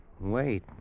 wait